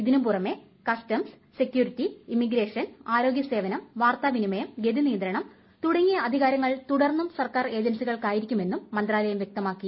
ഇതിനു പുറമേ customs security immigration ആരോഗ്യസേവനം വാർത്താവിനിമയം ഗതിനിയന്ത്രണം തുടങ്ങിയ അധികാരങ്ങൾ തുടർന്നും സർക്കാർ ഏജൻസികൾക്കായിരിക്കുമെന്നും മന്ത്രാലയം വ്യക്തമാക്കി